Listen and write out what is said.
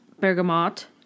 Bergamot